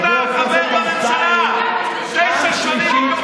פעם אחת תהיה שוויוני,